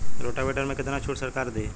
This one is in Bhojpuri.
रोटावेटर में कितना छूट सरकार देही?